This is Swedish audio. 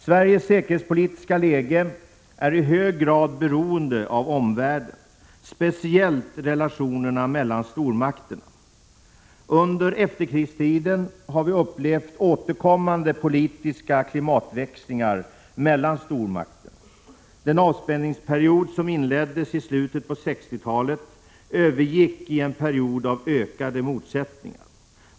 Sveriges säkerhetspolitiska läge är i hög grad beroende av omvärlden, speciellt relationerna mellan stormakterna. Under efterkrigstiden har vi upplevt återkommande politiska klimatväxlingar mellan stormakterna. Den avspänningsperiod som inleddes i slutet på 1960-talet övergick i en period av ökade motsättningar.